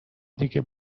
دیگه